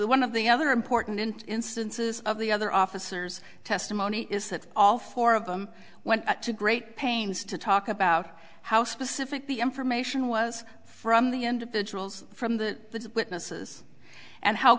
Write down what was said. one of the other important instances of the other officers testimony is that all four of them went to great pains to talk about how specific the information was from the end of the jewels from the witnesses and how